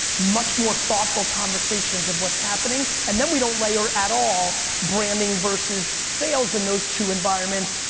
much more thoughtful conversations of what's happening, and then we don't layer at all branding versus sales and those two environments,